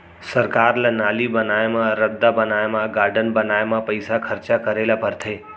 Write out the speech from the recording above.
सरकार ल नाली बनाए म, रद्दा बनाए म, गारडन बनाए म पइसा खरचा करे ल परथे